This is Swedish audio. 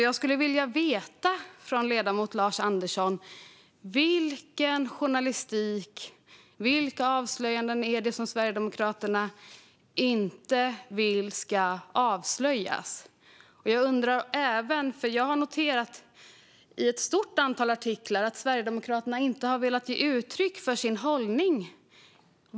Jag skulle vilja höra från ledamoten Lars Andersson vilken journalistik och vilka avslöjanden det är som Sverigedemokraterna inte vill se. Jag har också noterat i ett stort antal artiklar att Sverigedemokraterna inte har velat ge uttryck för sin hållning.